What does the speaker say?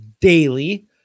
Daily